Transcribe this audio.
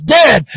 dead